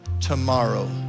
tomorrow